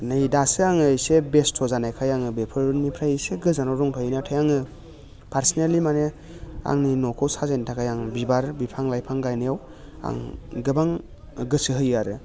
नै दासो आङो एसे बेस्थ' जानायखाय आङो बेफोरनिफ्राय एसे गोजानाव दंथ'यो नाथाय आङो पार्सनेलि माने आंनि न'खौ साजायनो थाखाय आङो बिबार बिफां लाइफां गायनायाव आं गोबां गोसो होयो आरो